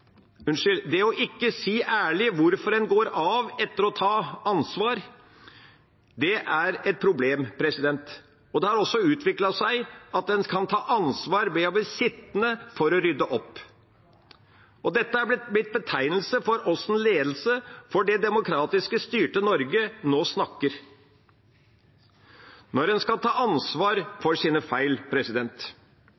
staten. Det å ikke si ærlig hvorfor en går av etter å ha tatt ansvar, er et problem. Og det har også utviklet seg slik at en kan ta ansvar ved å bli sittende for å rydde opp. Dette er blitt en betegnelse på hvordan ledelsen for det demokratisk styrte Norge nå snakker, når en skal ta ansvar